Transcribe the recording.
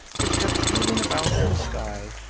which kept wheeling about the sky,